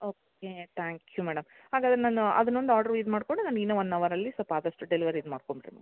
okay thank you madam ಹಾಗಾದರೆ ನಾನು ಅದನ್ನೊಂದು ಆರ್ಡ್ರ್ ಇದು ಮಾಡಿಕೊಂಡು ನನ್ಗೆ ಇನ್ನು ಒನ್ ಅವರಲ್ಲಿ ಸ್ವಲ್ಪ ಆದಷ್ಟು ಡೆಲಿವರಿ ಇದು ಮಾಡ್ಕೊಳ್ತೀನಿ